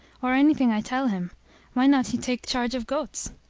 or any thing i tell him why not take charge of goats.